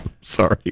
Sorry